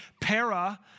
Para